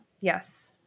Yes